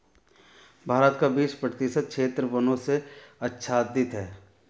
भारत का बीस प्रतिशत क्षेत्र वनों से आच्छादित है